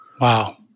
Wow